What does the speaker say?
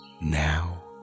Now